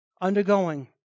Undergoing